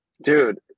Dude